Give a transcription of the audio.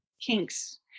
Kinks